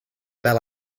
fel